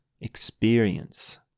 experience